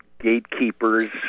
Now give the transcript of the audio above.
gatekeepers